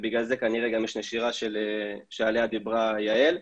ובגלל זה כנראה גם יש נשירה שעליה דיברה יעל.